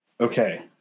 Okay